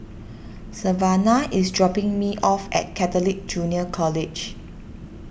Savanah is dropping me off at Catholic Junior College